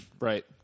Right